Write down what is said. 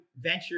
venture